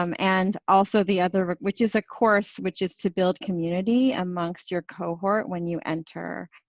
um and also the other, which is a course, which is to build community amongst your cohort when you enter.